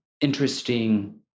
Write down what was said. interesting